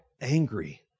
angry